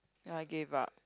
ya I give up